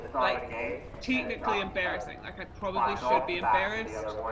like technically embarrassing, like i probably should be embarrassed,